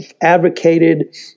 advocated